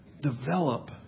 develop